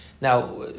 Now